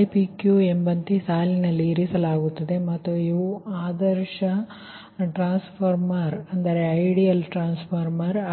ypq ಎಂಬಂತೆ ಸಾಲಿನಲ್ಲಿ ಇರಿಸಲಾಗುತ್ತದೆ ಮತ್ತು ಇವು ಆದರ್ಶ ಟ್ರಾನ್ಸ್ಫಾರ್ಮರ್ ಸರಿ